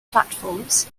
platforms